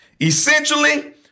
essentially